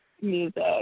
music